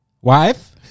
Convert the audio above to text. wife